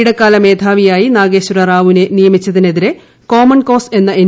ഇടക്കാല മേധാവിയായി നാഗേശ്വര റാവുവിനെ നിയമിച്ചതിനെതിരെ കോമൺകോസ് എന്ന എൻ